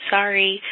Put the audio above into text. Sorry